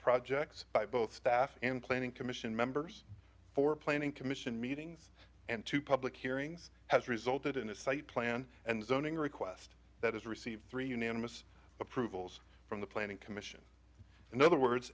projects by both staff and planning commission members for planning commission meetings and to public hearings has resulted in a site plan and zoning request that has received three unanimous approvals from the planning commission in other words